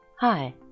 Hi